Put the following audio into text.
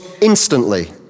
instantly